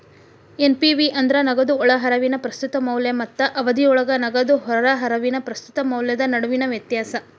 NPV ಅಂದ್ರ ನಗದು ಒಳಹರಿವಿನ ಪ್ರಸ್ತುತ ಮೌಲ್ಯ ಮತ್ತ ಅವಧಿಯೊಳಗ ನಗದು ಹೊರಹರಿವಿನ ಪ್ರಸ್ತುತ ಮೌಲ್ಯದ ನಡುವಿನ ವ್ಯತ್ಯಾಸ